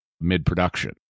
mid-production